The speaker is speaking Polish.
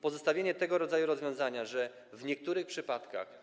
Pozostawienie tego rodzaju rozwiązania, że w niektórych przypadkach